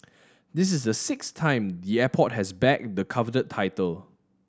this is the sixth time the airport has bagged the coveted title